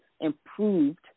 improved